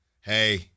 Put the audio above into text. Hey